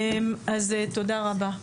תודה רבה.